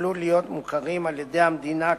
יוכלו להיות מוכרים על-ידי המדינה כבני-זוג".